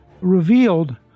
revealed